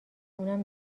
اونم